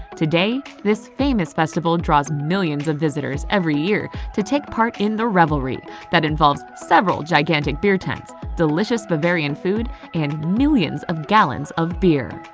today, this famous festival draws millions of visitors every year to take part in the revelry that involves several gigantic beer tents, delicious bavarian food and millions of gallons of beer.